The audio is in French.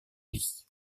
lit